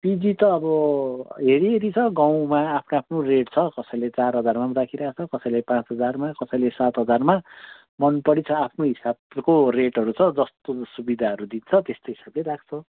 PG त अब हेरी हेरी छ गाउँमा आफ्नो आफ्नो रेट छ कसैले चार हजारमा पनि राखिरहेको छ कसैले पाँच हजारमा कसैले सात हजारमा मनपरी छ आफ्नो हिसाबको रेटहरू छ जस्तो सुविदाहरू दिन्छ त्यस्तो सुकै राख्छ